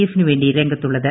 എഫിനുവേണ്ടി രംഗത്തുള്ളത്